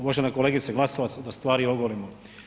Uvažena kolegice Glasovac, da stvari ogolimo.